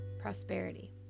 Prosperity